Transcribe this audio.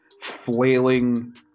flailing